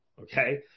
Okay